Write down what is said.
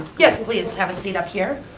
yes please, have a seat up here.